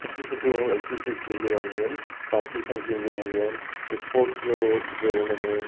सुठियूं सुठियूं एक्टिविटीस थींदी रहंदियूं आहिनि कॉम्पिटिशन थींदियूं रहंदियूं आहिनि स्पॉर्ट्स जो बि उन्हनि में